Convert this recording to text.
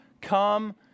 come